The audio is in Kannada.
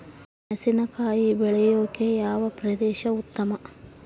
ಮೆಣಸಿನಕಾಯಿ ಬೆಳೆಯೊಕೆ ಯಾವ ಪ್ರದೇಶ ಉತ್ತಮ?